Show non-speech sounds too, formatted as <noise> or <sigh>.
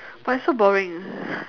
but it's so boring <breath>